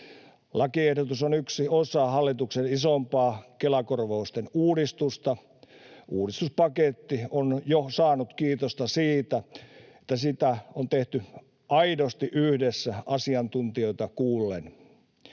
Lakiehdotus on yksi osa hallituksen isompaa Kela-korvausten uudistusta. Uudistuspaketti on jo saanut kiitosta siitä, että sitä on tehty aidosti yhdessä, asiantuntijoita kuullen.